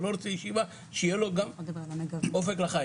לא רוצה ישיבה שיהיה לו גם אופק רחב,